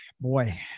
boy